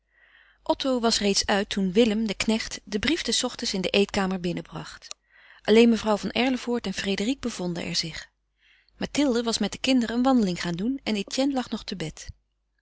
otto was reeds uit toen willem de knecht den brief des ochtends in de eetkamer binnenbracht alleen mevrouw van erlevoort en frédérique bevonden er zich mathilde was met de kinderen een wandeling gaan doen en etienne lag nog te bed